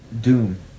Doom